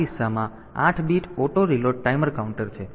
તેથી આ કિસ્સામાં 8 bit auto reload timer counter છે